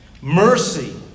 Mercy